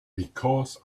because